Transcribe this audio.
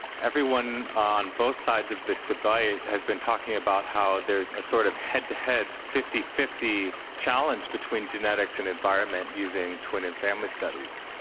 everyone on both sides of this divide has been talking about how there's a sort of head-to-head fifty fifty challenge between genetics and environment using twin and family studies,